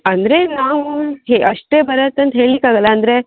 ಅಂದರೆ ನಾವೂ ಹೆ ಅಷ್ಟೇ ಬರುತಂತ ಹೇಳಿಕ್ಕೆ ಆಗೋಲ್ಲ ಅಂದರೆ